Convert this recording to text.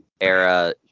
era